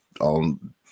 on